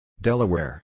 Delaware